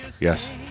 Yes